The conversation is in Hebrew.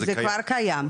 זה כבר קיים,